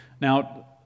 Now